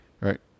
right